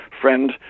friend